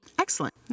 Excellent